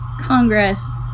Congress